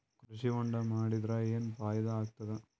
ಕೃಷಿ ಹೊಂಡಾ ಮಾಡದರ ಏನ್ ಫಾಯಿದಾ ಆಗತದ?